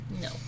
No